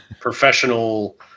professional